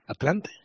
Atlante